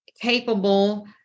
capable